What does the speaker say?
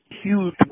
huge